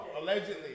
Allegedly